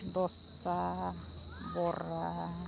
ᱰᱚᱥᱟ ᱵᱳᱨᱟ